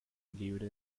libre